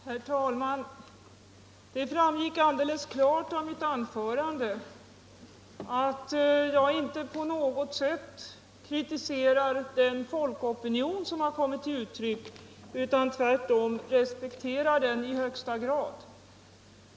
Herr talman! Det framgick alldeles klart av mitt anförande att jag inte på något sätt kritiserar der. folkopinion som har kommit till uttryck, utan att jag tvärtom respekterar den i högsta grad.